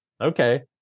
okay